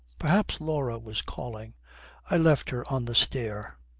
perhaps laura was calling i left her on the stair